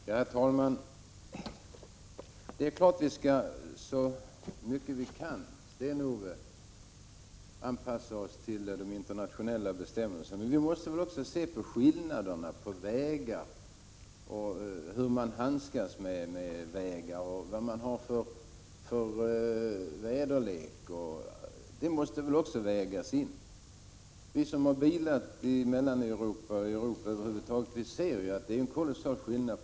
Herr talman! Det är klart, Sten-Ove Sundström, att vi så mycket vi kan skall anpassa oss till de internationella bestämmelserna. Men vi måste också se på skillnaderna mellan vägar, hur man handskas med vägar och vilken väderlek som råder. Detta måste också tas med. Vi som har bilat i Europa har kunnat se att väderleken skiljer sig kolossalt från vår.